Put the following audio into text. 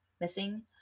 missing